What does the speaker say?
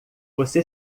você